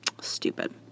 stupid